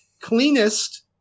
cleanest